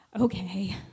okay